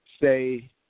say